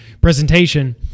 presentation